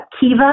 Kiva